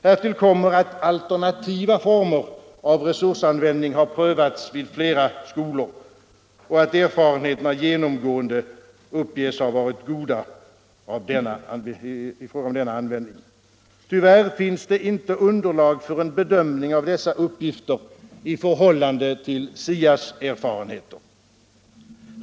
Härtill kommer att alternativa former av resursanvändning har prövats vid flera skolor. Erfarenheterna uppges genomgående ha varit goda. Tyvärr finns inte underlag för en bedömning av dessa uppgifter i förhållande till SIA:s erfarenheter.